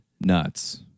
nuts